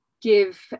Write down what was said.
give